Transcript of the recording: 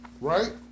right